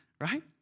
Right